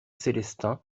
célestins